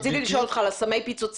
בדיוק, רציתי לשאול אותך על סמי הפיצוציות.